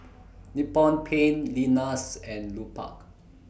Nippon Paint Lenas and Lupark